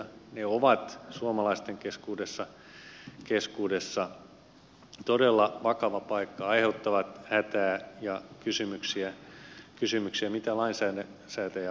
ne ovat suomalaisten keskuudessa todella vakava paikka aiheuttavat hätää ja kysymyksiä mitä lainsäätäjä aikoo tehdä